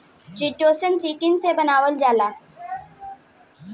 chitosan, chitin से बनावल जाला